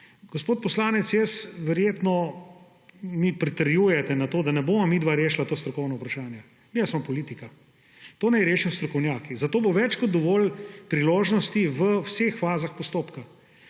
Gospod poslanec, verjetno mi pritrjujete na to, da ne bova midva rešila tega strokovnega vprašanja, midva sva politika. To naj rešijo strokovnjaki. Za to bo več kot dovolj priložnosti v vseh fazah postopka.